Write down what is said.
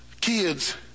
Kids